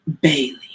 Bailey